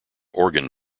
organ